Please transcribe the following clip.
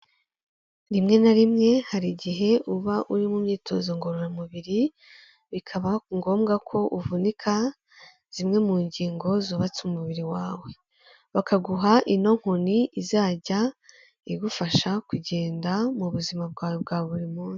Rimwe na rimwe hari igihe uba uri mu myitozo ngororamubiri bikaba ngombwa ko uvunika zimwe mu ngingo zubatse umubiri wawe, bakaguha ino nkoni izajya igufasha kugenda mu buzima bwawe bwa buri munsi.